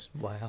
wow